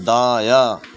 دایاں